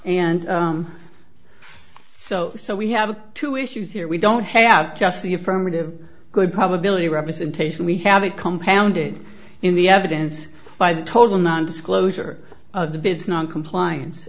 and so so we have two issues here we don't have just the affirmative good probability representation we have it compounded in the evidence by the total nondisclosure of the bits noncomplian